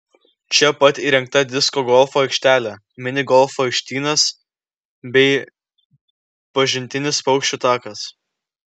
čia pat įrengta disko golfo aikštelė mini golfo aikštynas bei pažintinis paukščių takas